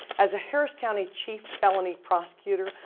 as a harris county chief felony prosecutor,